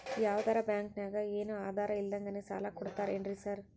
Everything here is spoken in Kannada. ಯಾವದರಾ ಬ್ಯಾಂಕ್ ನಾಗ ಏನು ಆಧಾರ್ ಇಲ್ದಂಗನೆ ಸಾಲ ಕೊಡ್ತಾರೆನ್ರಿ ಸಾರ್?